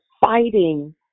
fighting